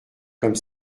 comme